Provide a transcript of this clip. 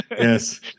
Yes